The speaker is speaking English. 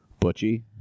Butchie